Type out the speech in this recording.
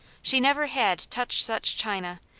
she never had touched such china,